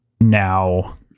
now